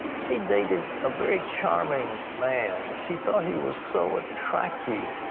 she dated a very charming man. she thought he was so attractive,